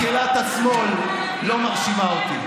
מקהלת השמאל לא מרשימה אותי,